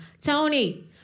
Tony